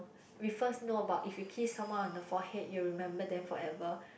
we first know about if you kiss someone on the forehead you will remember them forever